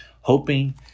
hoping